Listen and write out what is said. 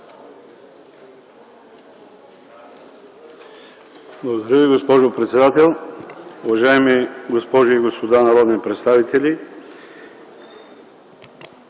Благодаря Ви, госпожо председател. Уважаеми госпожи и господа народни представители,